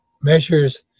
measures